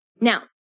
Now